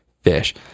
fish